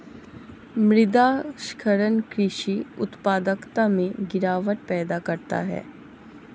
मृदा क्षरण कृषि उत्पादकता में गिरावट पैदा करता है